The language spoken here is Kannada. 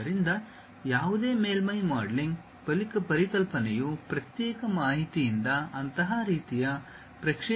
ಆದ್ದರಿಂದ ಯಾವುದೇ ಮೇಲ್ಮೈ ಮಾಡೆಲಿಂಗ್ ಪರಿಕಲ್ಪನೆಯು ಪ್ರತ್ಯೇಕ ಮಾಹಿತಿಯಿಂದ ಅಂತಹ ರೀತಿಯ ಪ್ರಕ್ಷೇಪಣವನ್ನು ಒಳಗೊಂಡಿರುತ್ತದೆ